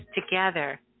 together